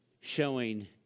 showing